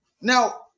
Now